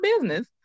business